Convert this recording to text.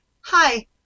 hi